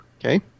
Okay